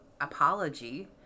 apology